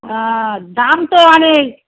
দাম তো অনেক